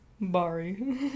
Barry